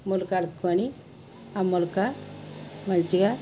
మొలక కలుపుకొని ఆ మొలక మంచిగా